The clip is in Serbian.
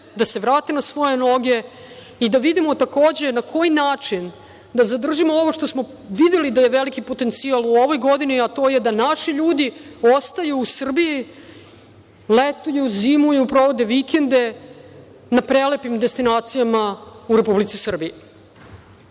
da se vrate na svoje noge i da vidimo, takođe, na koji način da zadržimo ovo što smo videli da je veliki potencijal u ovoj godini, a to je da naši ljudi ostaju u Srbiji, letuju, zimuju, provode vikende na prelepim destinacijama u Republici Srbiji. Tokom